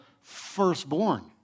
firstborn